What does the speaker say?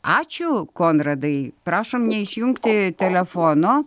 ačiū konradai prašom neišjungti telefono